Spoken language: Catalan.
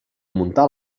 muntar